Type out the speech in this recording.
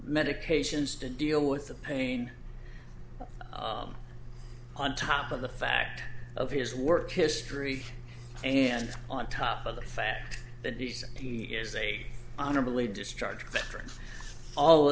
medications to deal with the pain on top of the fact of his work history and on top of the fact that he said he is a honorably discharged veteran all